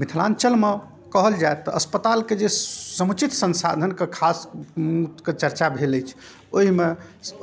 मिथिलाञ्चलमे कहल जाए तऽ अस्पतालके जे समुचित सँसाधनके खासकऽ चर्चा भेल अछि ओहिमे